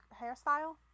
hairstyle